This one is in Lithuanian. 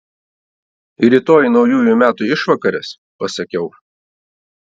rytoj naujųjų metų išvakarės pasakiau